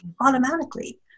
Automatically